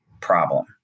problem